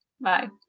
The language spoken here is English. Bye